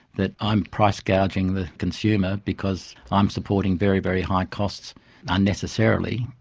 that i'm price gouging the consumer because i'm supporting very, very high costs unnecessarily.